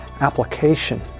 application